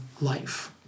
life